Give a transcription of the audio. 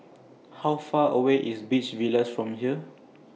How Far away IS Beach Villas from here